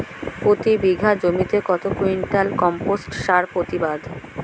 প্রতি বিঘা জমিতে কত কুইন্টাল কম্পোস্ট সার প্রতিবাদ?